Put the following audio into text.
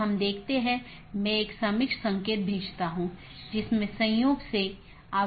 तो इसका मतलब यह है कि OSPF या RIP प्रोटोकॉल जो भी हैं जो उन सूचनाओं के साथ हैं उनका उपयोग इस BGP द्वारा किया जा रहा है